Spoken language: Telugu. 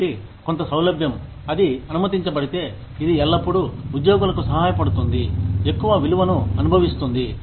కాబట్టి కొంత సౌలభ్యం అది అనుమతించబడితే ఇది ఎల్లప్పుడూ ఉద్యోగులకు సహాయపడుతుంది ఎక్కువ విలువను అనుభవిస్తుంది